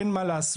אין מה לעשות.